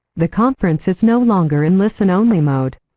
the conference is no longer in listen only mode.